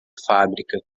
fábrica